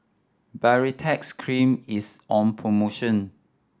Baritex Cream is on promotion